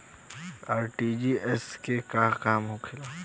RTGS के का काम होला?